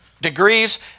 degrees